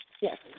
Yes